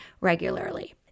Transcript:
regularly